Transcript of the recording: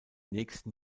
nächsten